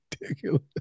ridiculous